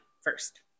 first